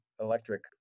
Electric